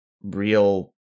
real